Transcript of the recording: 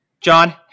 John